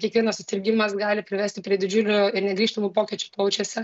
kiekvienas susirgimas gali privesti prie didžiulių ir negrįžtamų pokyčių plaučiuose